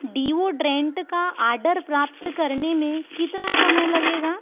deodorant का order प्राप्त करने में कितना समय लगेगा